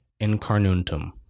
incarnuntum